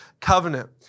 covenant